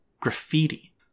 graffiti